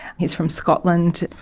he's from scotland.